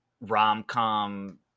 rom-com